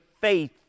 faith